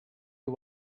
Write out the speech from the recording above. you